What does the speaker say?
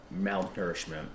malnourishment